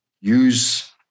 use